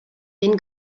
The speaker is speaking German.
den